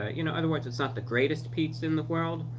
ah you know, otherwise, it's not the greatest pizza world.